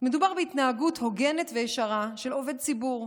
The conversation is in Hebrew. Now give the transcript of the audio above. מדובר בהתנהגות הוגנת וישרה של עובד ציבור.